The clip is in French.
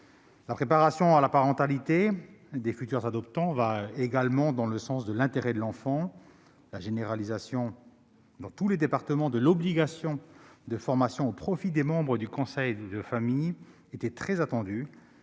La préparation à la parentalité des futurs adoptants va également dans le sens de l'intérêt de l'enfant. La généralisation, dans tous les départements, de l'obligation de formation au profit des membres du conseil de famille était très attendue.